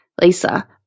Lisa